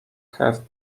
have